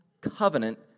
covenant